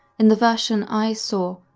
in the version i saw,